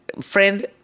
friend